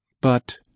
But